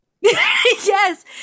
yes